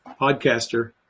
podcaster